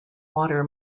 water